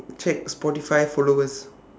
check Spotify followers